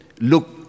look